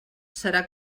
serà